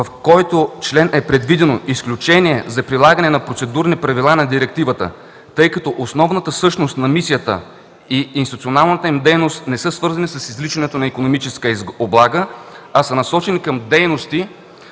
В него е предвидено изключение за прилагане на процедурни правила на директивата, тъй като основната същност на мисията и институционалната им дейност не са свързани с извличането на икономическа облага, а са насочени към дейности